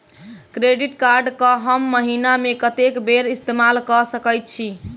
Credit card कऽ हम महीना मे कत्तेक बेर इस्तेमाल कऽ सकय छी?